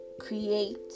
create